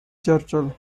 churchill